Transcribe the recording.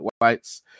whites